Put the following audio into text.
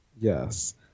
Yes